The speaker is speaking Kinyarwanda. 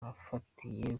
afatiye